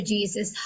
Jesus